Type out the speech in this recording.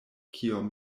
kiom